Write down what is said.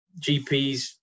GPs